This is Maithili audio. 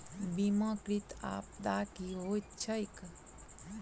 बीमाकृत आपदा की होइत छैक?